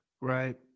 Right